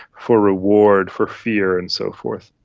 for reward, for fear and so forth.